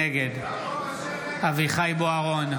נגד אביחי אברהם בוארון,